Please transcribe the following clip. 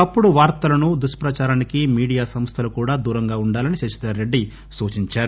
తప్పుడు వార్తలను దుష్పచారానికి మీడియా సంస్థలు కూడా దూరంగా ఉండాలని శశిధర్రెడ్డి సూచించారు